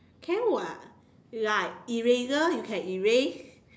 can [what] like eraser you can erase